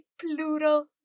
plural